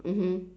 mmhmm